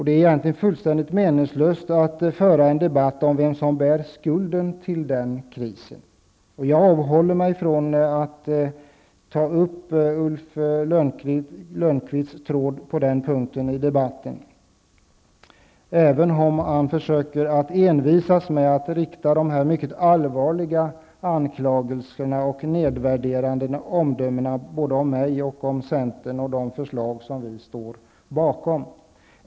Det är egentligen fullständigt meningslöst att föra en debatt om vem som bär skulden beträffande den här krisen. Jag avhåller mig från att ta upp Ulf Lönnqvists tråd på den punkten i debatten, även om han envisas med att rikta mycket allvarliga anklagelser mot och att nedvärderande fälla ett omdöme både om mig och centern och om de förslag som vi står bakom.